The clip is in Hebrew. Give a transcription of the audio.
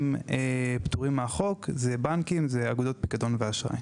אלה הם בנקים ואגודות פיקדון ואשראי.